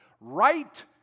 right